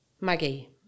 Maggie